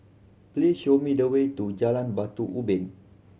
please show me the way to Jalan Batu Ubin